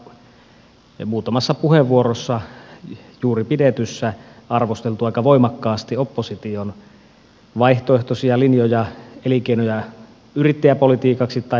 täällä on muutamassa puheenvuorossa juuri pidetyssä arvosteltu aika voimakkaasti opposition vaihtoehtoisia linjoja elinkeino ja yrittäjäpolitiikaksi tai veropolitiikaksi